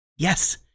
Yes